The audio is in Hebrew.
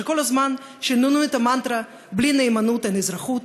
שכל הזמן שיננו את המנטרה "בלי נאמנות אין אזרחות",